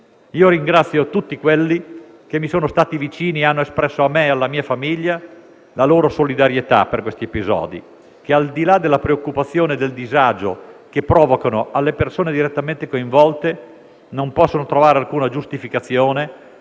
Ringrazio tutti coloro che mi sono stati vicino e hanno espresso a me e alla mia famiglia la loro solidarietà per questi episodi che, al di là della preoccupazione e del disagio che provocano alle persone direttamente coinvolte, non possono trovare alcuna giustificazione